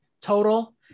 total